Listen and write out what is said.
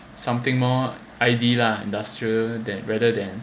something more I_D industrial than rather than